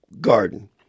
garden